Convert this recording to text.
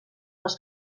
les